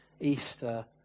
Easter